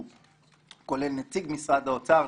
שכולל נציג משרד האוצר,